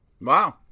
Wow